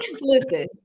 Listen